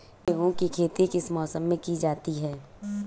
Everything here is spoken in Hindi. गेहूँ की खेती किस मौसम में की जाती है?